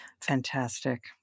Fantastic